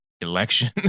election